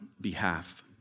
behalf